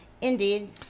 indeed